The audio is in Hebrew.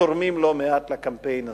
תורמים לא מעט לקמפיין הזה.